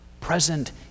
present